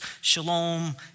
shalom